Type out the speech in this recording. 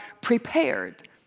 prepared